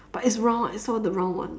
but it's round I saw the round one